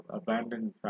abandoned